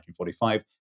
1945